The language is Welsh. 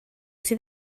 sydd